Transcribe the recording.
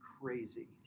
crazy